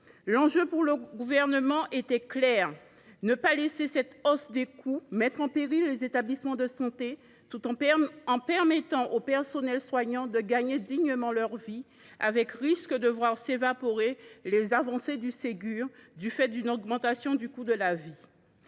L’enjeu pour le Gouvernement était clair : ne pas laisser cette hausse des coûts mettre en péril les établissements de santé, tout en permettant aux personnels soignants de gagner dignement leur vie, avec le risque de voir s’évaporer les avancées du Ségur du fait d’une augmentation du coût de la vie.